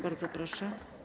Bardzo proszę.